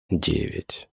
девять